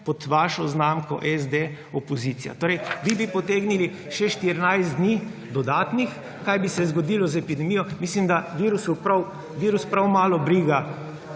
pod vašo znamko SD, opozicija. Torej vi bi potegnili še 14 dni dodatnih. Kaj bi se zgodilo z epidemijo? Mislim, da virus prav malo brigajo